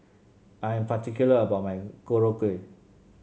I'm particular about my Korokke